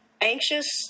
anxious